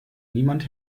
niemand